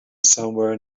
somewhere